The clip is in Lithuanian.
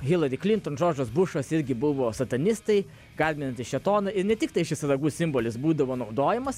hilary klinton džordžas bušas irgi buvo satanistai garbinantys šėtoną ir ne tik tai šis ragų simbolis būdavo naudojamas